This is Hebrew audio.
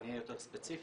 ואני אהיה יותר ספציפי.